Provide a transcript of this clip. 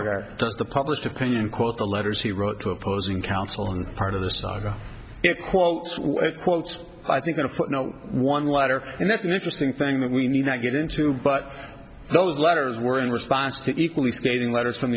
where the public's opinion quote the letters he wrote to opposing counsel and part of the saga it quotes quotes i think in a footnote one letter and that's an interesting thing that we need not get into but those letters were in response to equally scathing letters from